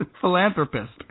philanthropist